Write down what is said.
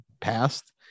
passed